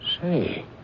Say